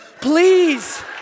Please